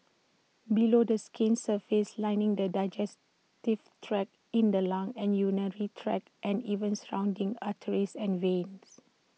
below the skin's surface lining the digestive tract in the lungs and urinary tract and even surrounding arteries and veins